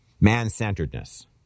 man-centeredness